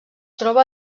troba